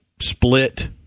split